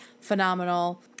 phenomenal